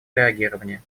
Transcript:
реагирования